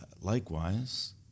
Likewise